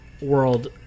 world